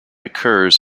occurs